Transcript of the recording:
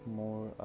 more